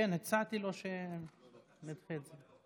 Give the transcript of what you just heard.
כן, הצעתי לו שנדחה את זה.